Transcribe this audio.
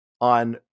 on